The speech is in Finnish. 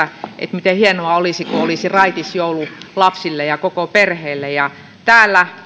miten hienoa olisi kun olisi raitis joulu lapsille ja koko perheelle ja täällä